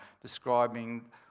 describing